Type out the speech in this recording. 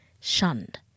shunned